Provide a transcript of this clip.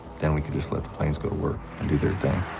then we could just let the planes go to work and do their thing.